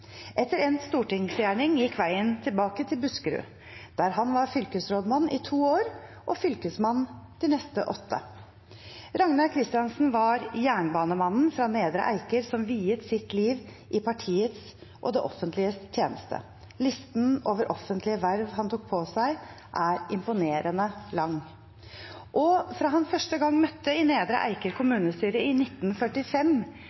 Etter endt stortingsgjerning gikk veien tilbake til Buskerud, der han var fylkesrådmann i to år og fylkesmann de neste åtte. Ragnar Christiansen var jernbanemannen fra Nedre Eiker som viet sitt liv i partiets og det offentliges tjeneste. Listen over offentlige verv han tok på seg, er imponerende lang. Og fra han første gang møtte i Nedre Eiker